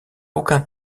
aucun